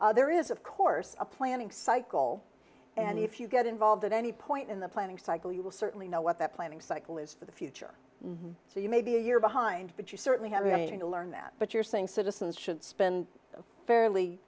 there is of course a planning cycle and if you get involved at any point in the planning cycle you will certainly know what that planning cycle is for the future so you may be a year behind but you certainly have anything to learn math but you're saying citizens should spend a fairly